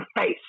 face